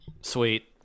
Sweet